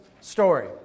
story